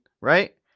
right